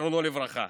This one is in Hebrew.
זיכרונו לברכה.